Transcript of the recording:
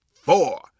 four